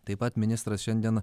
taip pat ministras šiandien